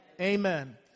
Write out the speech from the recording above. Amen